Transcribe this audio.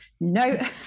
no